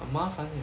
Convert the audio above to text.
很麻烦 eh